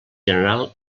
general